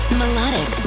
melodic